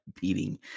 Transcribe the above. beating